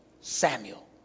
Samuel